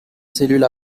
cellules